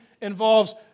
involves